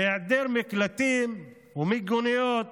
בהיעדר מקלטים ומיגוניות,